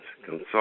Consult